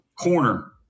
corner